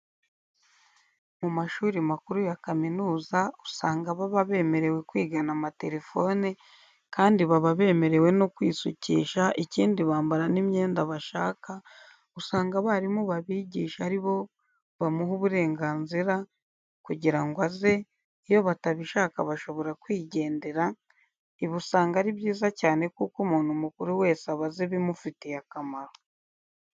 Mu mashuri makuru ya kaminuza usanga baba bemerewe kwigana amatelefone kandi baba bemerewe no kwisukisha, ikindi bambara n'imyenda bashaka, usanga abarimu babigisha ari bo bamuha uburenganzira kugira ngo aze, iyo batabishaka bashobora kwigendera, ibi usanga ari byiza cyane kuko umuntu mukuru wese aba azi ibimufitiye akamaro.